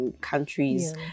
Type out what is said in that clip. countries